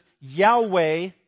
Yahweh